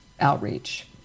outreach